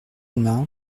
demain